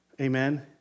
Amen